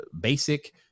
basic